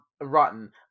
rotten